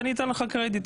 אני אתן לך קרדיט.